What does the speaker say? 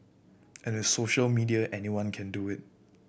and with social media anyone can do it